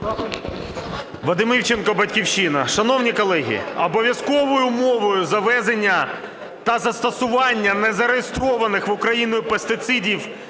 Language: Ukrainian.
Вадим Івченко, "Батьківщина". Шановні колеги, обов'язковою умовою завезення та застосування не зареєстрованих в Україну пестицидів